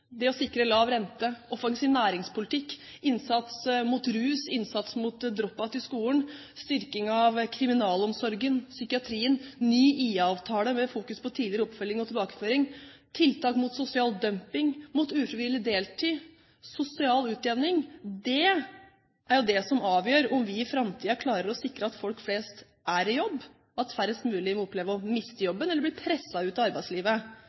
det å sikre lav rente, offensiv næringspolitikk, innsats mot rus, innsats mot drop outs i skolen, styrking av kriminalomsorgen og psykiatrien, ny IA-avtale med fokus på tidligere oppfølging og tilbakeføring, tiltak mot sosial dumping og mot ufrivillig deltid, sosial utjevning – det er jo det som avgjør om vi i framtiden klarer å sikre at folk flest er i jobb, at færrest mulig opplever å miste jobben eller bli presset ut av arbeidslivet.